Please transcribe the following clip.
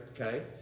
okay